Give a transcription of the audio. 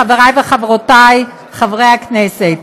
חבריי וחברותיי חברי הכנסת,